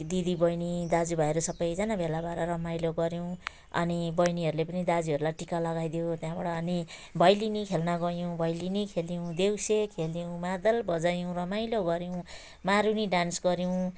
दिदीबहिनी दाजुभाइहरू सबैजना भेला भएर रमाइलो गऱ्यौँ अनि बहिनीहरूले पनि दाजुहरूलाई टिका लगाइदिए त्यहाँबाट अनि भैलिनी खेल्न गयौँ भैलिनी खेल्यौँ देउसी खेल्यौँ मादल बजायौँ रमाइलो गऱ्यौँ मारुनी डान्स गऱ्यौँ